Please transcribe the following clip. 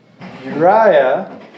Uriah